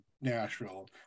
nashville